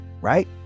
right